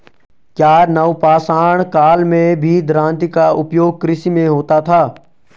क्या नवपाषाण काल में भी दरांती का उपयोग कृषि में होता था?